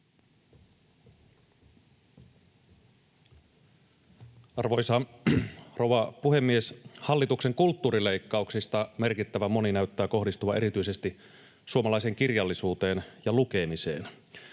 Arvoisa rouva puhemies! Hallituksen kulttuurileikkauksista merkittävän moni näyttää kohdistuvan erityisesti suomalaiseen kirjallisuuteen ja lukemiseen